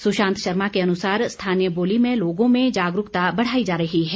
सुशांत शर्मा के अनुसार स्थानीय बोली में लोगों में जागरूकता बढ़ाई जा रही है